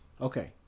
Okay